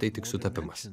tai tik sutapimas